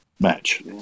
match